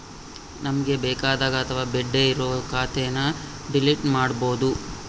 ನಮ್ಗೆ ಬೇಕಾದ ಅಥವಾ ಬೇಡ್ಡೆ ಇರೋ ಖಾತೆನ ಡಿಲೀಟ್ ಮಾಡ್ಬೋದು